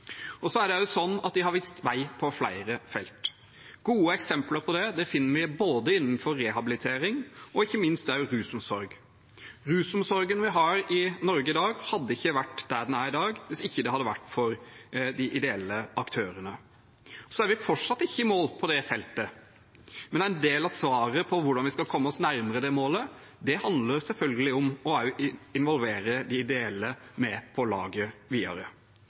De har også vist vei på flere felter. Gode eksempler på det finner vi innenfor rehabilitering og ikke minst rusomsorg. Rusomsorgen vi har i Norge i dag, hadde ikke vært der den er i dag, hvis ikke det hadde vært for de ideelle aktørene. Vi er fortsatt ikke i mål på det feltet, men en del av svaret på hvordan vi skal komme oss nærmere det målet, handler selvfølgelig om å få også de ideelle med på laget videre